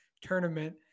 tournament